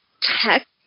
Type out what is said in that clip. tech